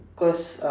cause